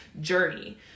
journey